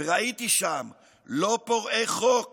וראיתי שם לא פורעי חוק